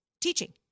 teaching